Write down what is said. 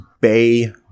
Bay